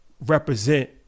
represent